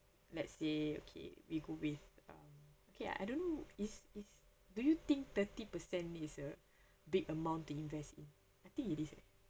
let's say okay we go with um okay I don't know it's it's do you think thirty percent is a big amount to invest in I think it is eh